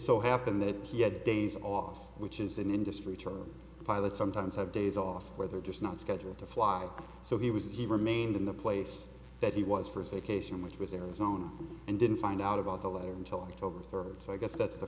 so happened that he had days off which is an industry term pilots sometimes have days off where they're just not scheduled to fly so he was he remained in the place that he was first a case in which was their own and didn't find out about the letter until october third so i guess that's the